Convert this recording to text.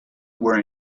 were